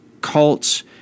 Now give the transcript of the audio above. cults